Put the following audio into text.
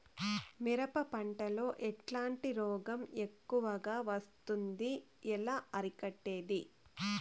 మిరప పంట లో ఎట్లాంటి రోగం ఎక్కువగా వస్తుంది? ఎలా అరికట్టేది?